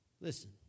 Listen